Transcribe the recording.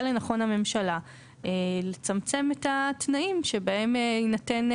לנכון הממשלה לצמצם את התנאים שבהם יינתן,